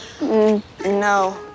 No